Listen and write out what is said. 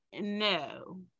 No